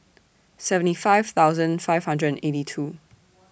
seventy five thousand five hundred and eighty two